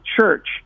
church